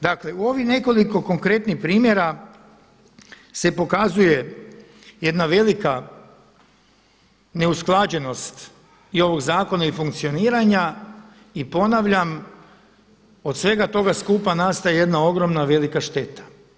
Dakle, u ovih nekoliko konkretnih primjera se pokazuje jedna velika neusklađenost i ovog zakona i funkcioniranja i ponavljam od svega toga skupa nastaje jedna ogromna velika šteta.